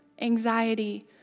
anxiety